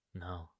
No